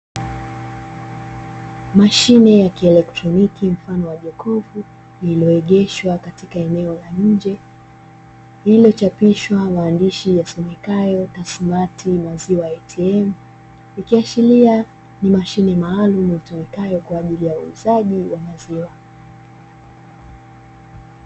Mashine ya kielektroniki mfano wa jokofu, limeegeshwa katika eneo la nje, lililochapishwa maandishi yasomekayo "Tasumati maziwa ATM" ikiashiria ni mashine maalumu itumikayo kwaajili ya uuzaji wa maziwa.